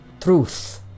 Truth